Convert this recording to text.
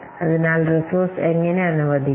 അതിനാൽ റിസോഴ്സ് എങ്ങനെ അനുവദിക്കും